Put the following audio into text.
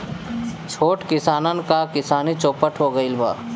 छोट किसानन क किसानी चौपट हो गइल बा